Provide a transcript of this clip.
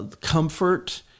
Comfort